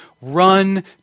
run